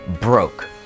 broke